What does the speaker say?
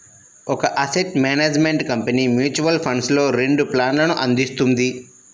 ఒక asset management company mutual ఫండ్స్లో రెండు ప్లాన్లను అందిస్తుంది